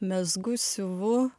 mezgu siuvu